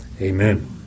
Amen